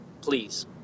Please